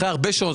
אחרי הרבה שעות.